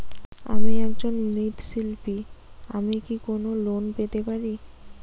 আমি একজন মৃৎ শিল্পী আমি কি কোন লোন পেতে পারি?